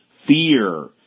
fear